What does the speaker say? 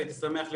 הייתי שמח להיות,